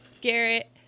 Garrett